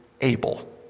able